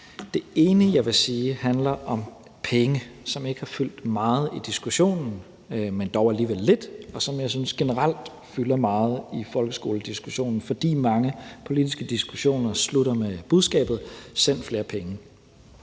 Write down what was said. Det ene, jeg vil sige, handler om penge, som ikke har fyldt så meget i diskussionen, men dog alligevel lidt, og det er noget, som jeg synes generelt fylder meget i folkeskolediskussionen, fordi mange politiske diskussioner slutter med budskabet: Send flere penge.